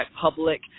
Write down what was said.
public